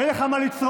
אין לך מה לצרוח.